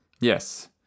Yes